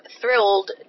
thrilled